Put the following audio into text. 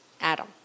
Adam